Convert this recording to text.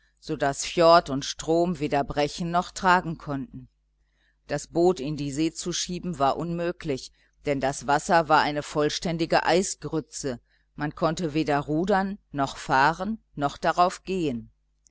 so daß fjord und strom weder brechen noch tragen konnten das boot in die see zu schieben war unmöglich denn das wasser war eine vollständige eisgrütze man konnte weder rudern noch fahren noch daraufgehen gustav